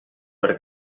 per